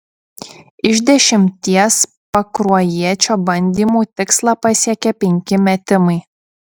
iš dešimties pakruojiečio bandymų tikslą pasiekė penki metimai